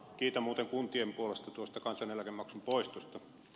kiitän muuten kuntien puolesta tuosta kansaneläkemaksun poistosta